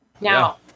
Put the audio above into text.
Now